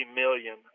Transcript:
million